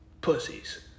pussies